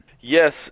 Yes